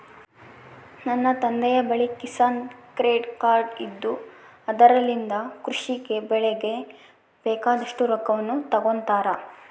ನನ್ನ ತಂದೆಯ ಬಳಿ ಕಿಸಾನ್ ಕ್ರೆಡ್ ಕಾರ್ಡ್ ಇದ್ದು ಅದರಲಿಂದ ಕೃಷಿ ಗೆ ಬೆಳೆಗೆ ಬೇಕಾದಷ್ಟು ರೊಕ್ಕವನ್ನು ತಗೊಂತಾರ